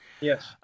Yes